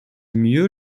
mieux